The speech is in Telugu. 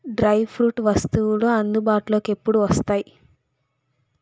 డ్రై ఫ్రూట్ వస్తువులు అందుబాటులోకి ఎప్పుడు వస్తాయి